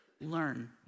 learn